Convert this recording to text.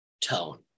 tone